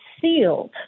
sealed